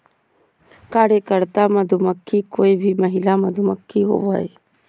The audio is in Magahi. कार्यकर्ता मधुमक्खी कोय भी महिला मधुमक्खी होबो हइ